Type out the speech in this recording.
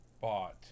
bought